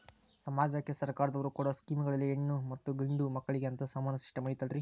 ಸಮಾಜಕ್ಕೆ ಸರ್ಕಾರದವರು ಕೊಡೊ ಸ್ಕೇಮುಗಳಲ್ಲಿ ಹೆಣ್ಣು ಮತ್ತಾ ಗಂಡು ಮಕ್ಕಳಿಗೆ ಅಂತಾ ಸಮಾನ ಸಿಸ್ಟಮ್ ಐತಲ್ರಿ?